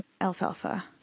alfalfa